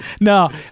No